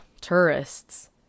tourists